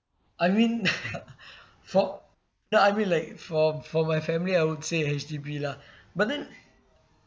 I mean for no I mean like for for my family I will stay H_D_B lah but then